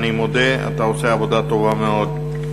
אני מודה, אתה עושה עבודה טובה מאוד.